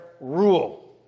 rule